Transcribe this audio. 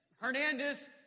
Hernandez